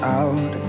out